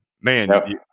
man